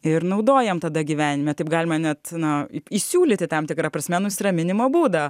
ir naudojam tada gyvenime taip galima net na įsiūlyti tam tikra prasme nusiraminimo būdą